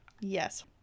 Yes